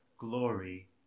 glory